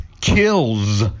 kills